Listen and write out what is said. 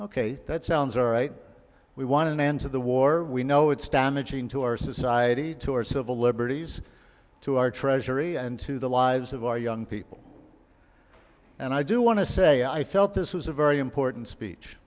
ok that sounds are right we want an end to the war we know it's damaging to our society to our civil liberties to our treasury and to the lives of our young people and i do want to say i felt this was a very important speech